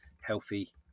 healthy